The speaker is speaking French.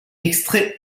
extrait